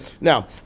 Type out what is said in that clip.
Now